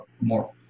more